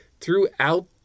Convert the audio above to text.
throughout